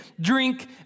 drink